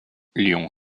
lyon